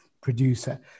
producer